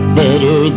better